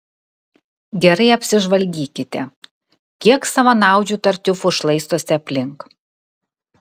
gerai apsižvalgykite kiek savanaudžių tartiufų šlaistosi aplink